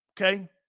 okay